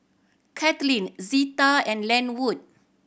Kaitlin Zita and Lenwood